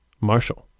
Marshall